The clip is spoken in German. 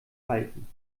falten